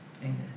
Amen